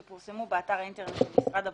שפורסמו באתר משרד הבריאות,